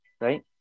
right